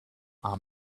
are